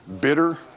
bitter